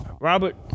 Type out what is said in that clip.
robert